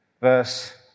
verse